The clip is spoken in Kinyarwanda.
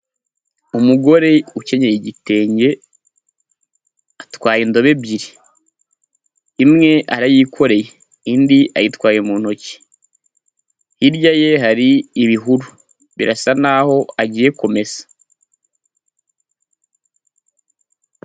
Umugore ukenyeye igitenge, atwaye indobo ebyiri, imwe arayikoreye indi ayitwaye mu ntoki, hirya ye hari ibihuru, birasa n'aho agiye kumesa.